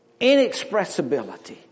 Inexpressibility